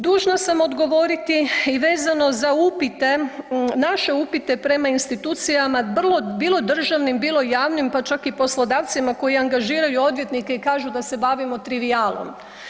Dužna sam odgovoriti i vezano za upite, naše upite prema institucijama bilo državnim, bilo javnim pa čak i poslodavcima koji angažiraju odvjetnike i kažu da se bavimo trivijalom.